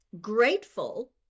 grateful